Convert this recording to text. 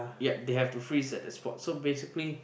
yup they have to freeze at the spot so basically